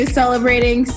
celebrating